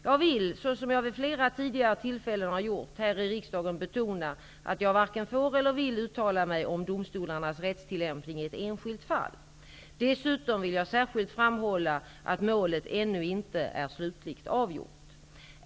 Jag vill, som jag vid flera tidigare tillfällen har gjort här i riksdagen, betona att jag varken får eller vill uttala mig om domstolarnas rättstillämpning i ett enskilt fall. Dessutom vill jag särskilt framhålla att målet ännu inte är slutligt avgjort.